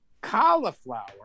cauliflower